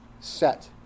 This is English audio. set